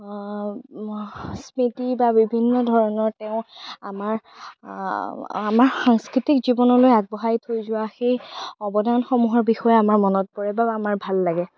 স্মৃতি বা বিভিন্ন ধৰণৰ তেওঁৰ আমাৰ আমাৰ সাংস্কৃতিক জীৱনলৈ আগবঢ়াই থৈ যোৱা সেই অৱদানসমূহৰ বিষয়ে আমাৰ মনত পৰে বা আমাৰ ভাল লাগে